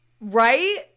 Right